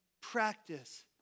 Practice